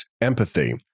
empathy